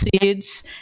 seeds